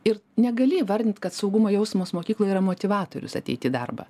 ir negali įvardint kad saugumo jausmas mokykloj yra motyvatorius ateit į darbą